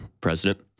President